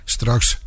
Straks